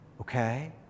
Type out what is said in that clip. Okay